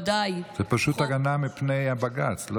זה פשוט הגנה מפני הבג"ץ.